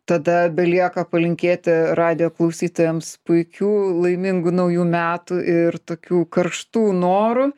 tada belieka palinkėti radijo klausytojams puikių laimingų naujų metų ir tokių karštų norų